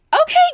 Okay